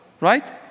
right